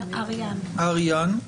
אריהן,